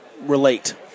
relate